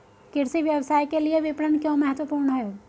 कृषि व्यवसाय के लिए विपणन क्यों महत्वपूर्ण है?